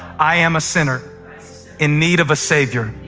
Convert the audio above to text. i am a sinner in need of a savior,